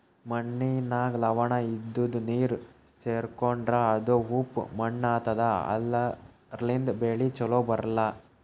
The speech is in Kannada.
ಮಣ್ಣಿನಾಗ್ ಲವಣ ಇದ್ದಿದು ನೀರ್ ಸೇರ್ಕೊಂಡ್ರಾ ಅದು ಉಪ್ಪ್ ಮಣ್ಣಾತದಾ ಅದರ್ಲಿನ್ಡ್ ಬೆಳಿ ಛಲೋ ಬರ್ಲಾ